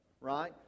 right